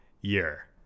year